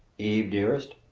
eve, dearest,